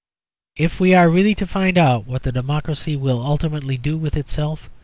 if we are really to find out what the democracy will ultimately do with itself,